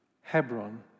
Hebron